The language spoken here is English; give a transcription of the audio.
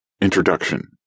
Introduction